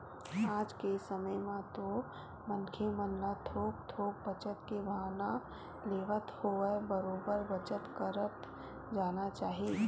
आज के समे म तो मनखे मन ल थोक थोक बचत के भावना लेवत होवय बरोबर बचत करत जाना चाही